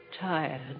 Tired